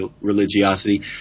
religiosity